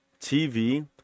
TV